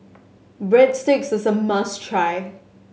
breadsticks is a must try